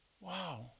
wow